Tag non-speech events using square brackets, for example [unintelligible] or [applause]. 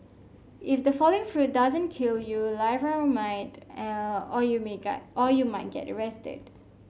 if the falling fruit doesn't kill you a live round might [unintelligible] or you may get or you might get arrested